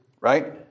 Right